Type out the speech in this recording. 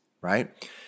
right